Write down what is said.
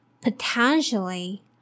potentially